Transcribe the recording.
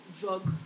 drug